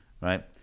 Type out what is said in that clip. right